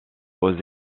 aux